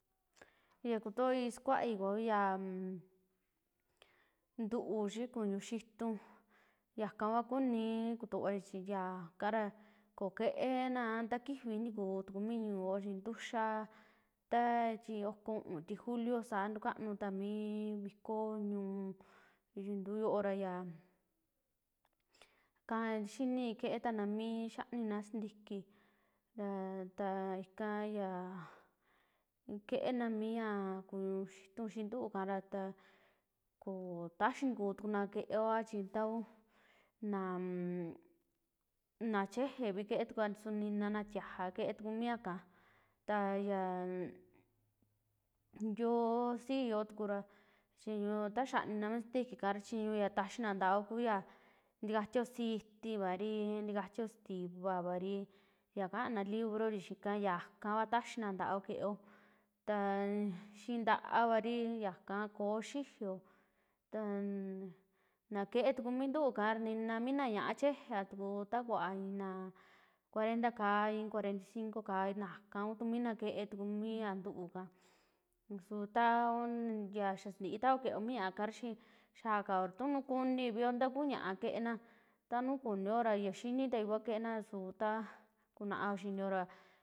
Ya kutoi sakuaii kua yaa ntu'u xii kuñuu xituu, yaka kua kunii kutuvai chi yakara koo keenaa ntakijii ntikuu tuku mi ñuu yoo, chi ntuxaa taa chi oko u'un ti julio ya tukanuu ta mii vikoo ñuntuyoo ra ika xinii keetana mii xanina sintiukii, yaa taa ika ya keena mi ya kuñuu xituu xii mi ntu'u ika ra kotaxii ntikuu tukuna keoa chi tau naa- nachejee vi kee tukua su ninana tiaja kee tuku miaka, ta yaa yoo si'i yoo tukura chi ta xanina mi sintikika ra chiñuu ya taxina ntaoo ku yaa, ntikatiao siitivari, takatiao sitivaari, ya kaana librori xii ika, yakaava taxina ntaoo keoo taa xii ntaavari, yaka koo xijiio taa naa kee tuku mi ntuu ikara nina mina ña'a cheejeatuku ta kuva i'i naa cuarenta kaii, cuarenta y cinco kaii najka kumina kee tuku mi yaa ntuu ika su tau xaa santiitao keo ñaakara xii xaakao ra tunuu kunivio ta kuu ñaa kenaa, ta nuju kunio ra ya xinitai kua keena su ta kuaan'o xinio ra.